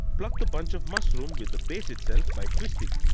pluck the bunch of mushroom with the base itself by twisting.